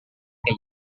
que